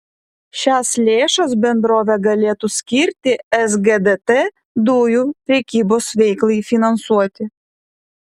šias lėšas bendrovė galėtų skirti sgdt dujų prekybos veiklai finansuoti